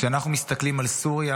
כשאנחנו מסתכלים על סוריה,